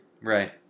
Right